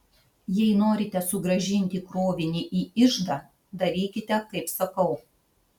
jei norite sugrąžinti krovinį į iždą darykite kaip sakau